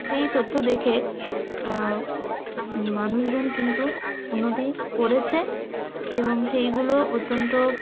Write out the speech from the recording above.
সেই তথ্য দেখে মানুষজন কিন্তু উন্নতি করেছে এবং সেইগুলো অত্যন্ত